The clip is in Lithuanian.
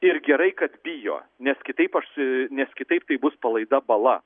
ir gerai kad bijo nes kitaip aš su nes kitaip tai bus palaida bala